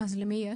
למי יש?